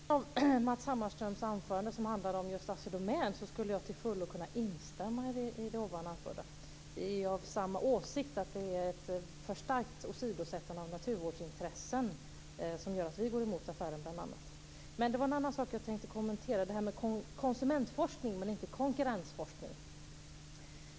Fru talman! I den delen av Matz Hammarströms anförande som handlade om Assi Domän skulle jag till fullo kunna instämma i det anförda. Vi är av samma åsikt. Det är ett för starkt åsidosättande av naturvårdsintressen som gör att vi går emot affären bl.a. Det var en annan sak som jag tänkte kommentera, nämligen detta med konsumentforskning men inte konkurrensforskning.